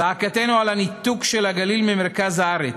צעקתנו על הניתוק של הגליל ממרכז הארץ,